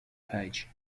page